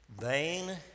Vain